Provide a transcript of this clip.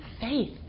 faith